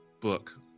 book